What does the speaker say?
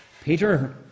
Peter